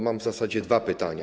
Mam w zasadzie dwa pytania.